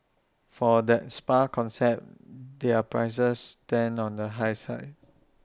for that spa concept their prices stand on the high side